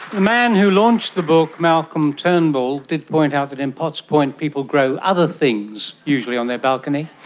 man who launched the book, malcolm turnbull, did point out that in potts point people grow other things usually on their balcony.